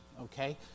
okay